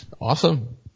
Awesome